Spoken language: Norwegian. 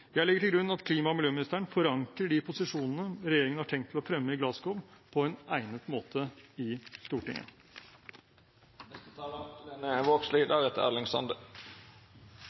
Jeg legger til grunn at klima- og miljøministeren forankrer de posisjonene regjeringen har tenkt å fremme i Glasgow, på egnet måte i